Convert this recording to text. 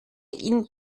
ihn